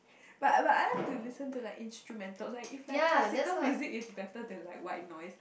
but I I like to listen to like instrumental if like classical music is better than like white noise